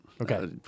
Okay